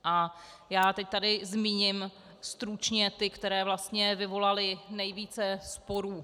A já teď tady zmíním stručně ty, které vyvolaly nejvíce sporů.